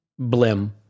Blim